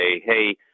hey